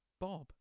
Bob